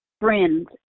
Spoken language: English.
friends